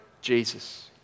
Jesus